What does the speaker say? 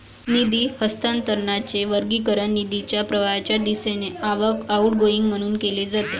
निधी हस्तांतरणाचे वर्गीकरण निधीच्या प्रवाहाच्या दिशेने आवक, आउटगोइंग म्हणून केले जाते